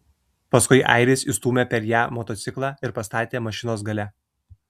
paskui airis įstūmė per ją motociklą ir pastatė mašinos gale